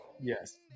Yes